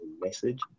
message